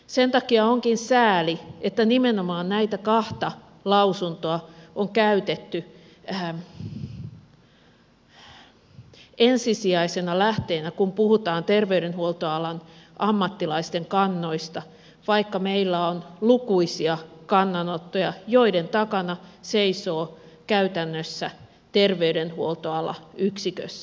sen takia onkin sääli että nimenomaan näitä kahta lausuntoa on käytetty ensisijaisena lähteenä kun puhutaan terveydenhuoltoalan ammattilaisten kannoista vaikka meillä on lukuisia kannanottoja joiden takana seisoo käytännössä terveydenhuoltoala yksikössä